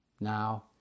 now